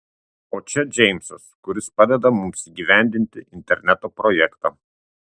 o čia džeimsas kuris padeda mums įgyvendinti interneto projektą